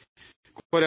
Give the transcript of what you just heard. er